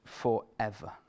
forever